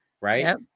Right